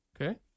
Okay